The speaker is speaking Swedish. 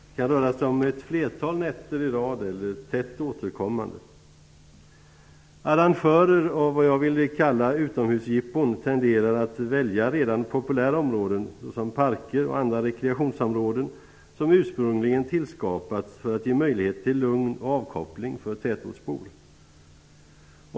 Det kan röra sig om störningar under ett flertal nätter i rad eller som är tätt återkommande. Arrangörer av vad jag vill kalla utomhusjippon tenderar att välja redan populära områden, såsom parker och andra rekreationsområden, som ursprungligen tillskapats för att ge möjligheter till lugn och avkoppling för tätortsbor.